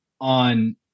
on